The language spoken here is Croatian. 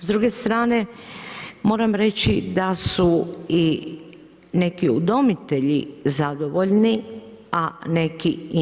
S druge strane moram reći da su i neki udomitelji zadovoljni, a neki i nisu.